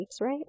right